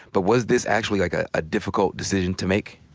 but was this actually, like, a ah difficult decision to make?